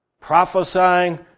prophesying